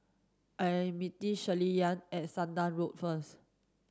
I'm meeting Shirleyann at Sudan Road first